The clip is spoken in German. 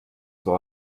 zwar